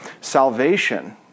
salvation